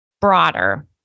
broader